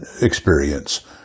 experience